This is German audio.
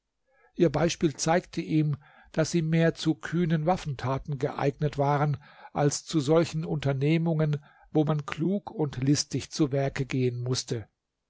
ihr beispiel zeigte ihm daß sie mehr zu kühnen waffentaten geeignet waren als zu solchen unternehmungen wo man klug und listig zu werke gehen mußte